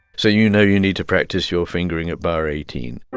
so you know you need to practice your fingering at bar eighteen